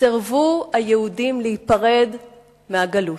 סירבו היהודים להיפרד מהגלות,